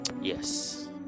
yes